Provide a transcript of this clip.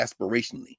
aspirationally